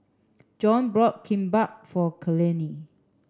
John bought Kimbap for Eleni